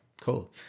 cool